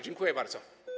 Dziękuję bardzo.